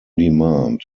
demand